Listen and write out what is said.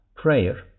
prayer